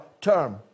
term